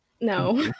No